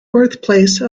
birthplace